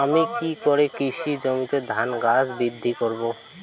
আমি কী করে কৃষি জমিতে ধান গাছ বৃদ্ধি করব?